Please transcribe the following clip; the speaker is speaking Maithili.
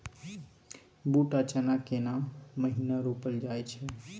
बूट आ चना केना महिना रोपल जाय छै?